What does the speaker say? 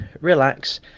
relax